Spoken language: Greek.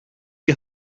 και